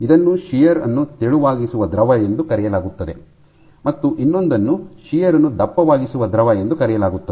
ಇದನ್ನು ಶಿಯರ್ ಯನ್ನು ತೆಳುವಾಗಿಸುವ ದ್ರವ ಎಂದು ಕರೆಯಲಾಗುತ್ತದೆ ಮತ್ತು ಇನ್ನೊಂದನ್ನು ಶಿಯರ್ ಯನ್ನು ದಪ್ಪವಾಗಿಸುವ ದ್ರವ ಎಂದು ಕರೆಯಲಾಗುತ್ತದೆ